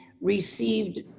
received